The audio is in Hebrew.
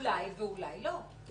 אולי ואולי לא.